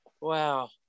Wow